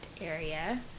area